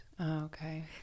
okay